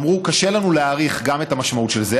אמרו: קשה לנו להעריך את המשמעות של זה.